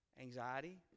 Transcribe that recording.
anxiety